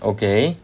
okay